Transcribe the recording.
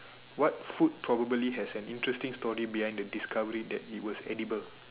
what food probably will have an interesting story behind the discovery that it was edible